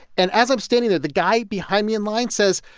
and as i'm standing there, the guy behind me in line says,